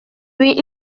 puis